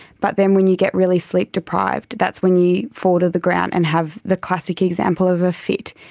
but then when you get really sleep deprived that's when you fall to the ground and have the classic example of a fit.